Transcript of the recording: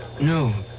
No